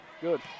good